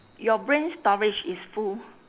your brain storage is full